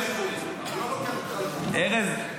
--- ארז,